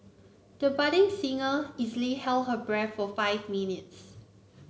the budding singer easily held her breath for five minutes